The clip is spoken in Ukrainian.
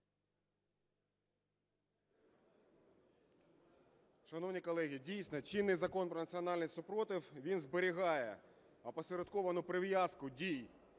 Шановні колеги, дійсно чинний Закон про національний спротив, він зберігає опосередковану прив'язку дій